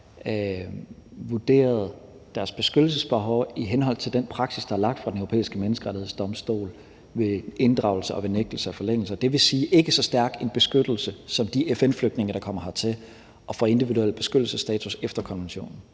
vurderet deres beskyttelsesbehov i henhold til den praksis, der er lagt fra Den Europæiske Menneskerettighedsdomstol ved inddragelser, nægtelser og forlængelser – dvs. ikke så stærk en beskyttelse som for de FN-flygtninge, der kommer hertil og får individuel beskyttelsesstatus efter konventionen.